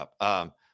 up